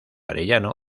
arellano